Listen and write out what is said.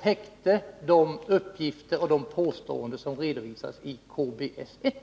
täckte de uppgifter och de påståenden som redovisades i KBS 1.